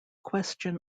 question